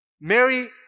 Mary